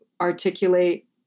articulate